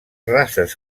races